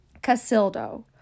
Casildo